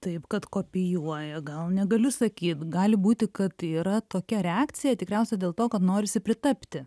taip kad kopijuoja gal negaliu sakyt gali būti kad tai yra tokia reakcija tikriausiai dėl to kad norisi pritapti